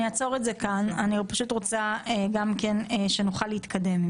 אני רוצה שנתקדם.